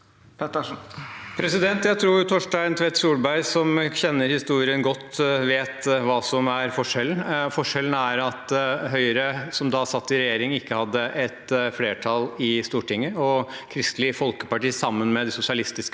Pettersen (H) Jeg tror Torstein Tvedt Solberg, som kjenner historien godt, vet hva som er forskjellen. Forskjellen er at Høyre, som da satt i regjering, ikke hadde et flertall i Stortinget, og at Kristelig Folkeparti, sammen med de sosialistiske